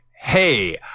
hey